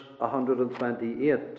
128